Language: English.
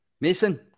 Mason